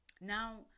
Now